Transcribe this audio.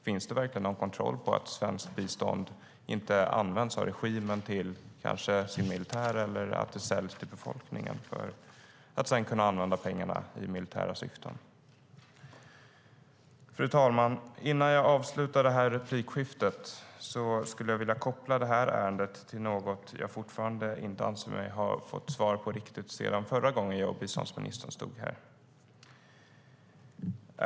Finns det verkligen någon kontroll av att svenskt bistånd inte används av regimen till den egna militären eller kanske säljs till befolkningen för att regimen sedan ska kunna använda pengarna i militära syften? Fru talman! Innan jag avslutar den här repliken skulle jag vilja koppla det här ärendet till något som jag fortfarande inte riktigt anser mig ha fått svar på sedan förra gången jag och biståndsministern stod här.